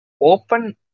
open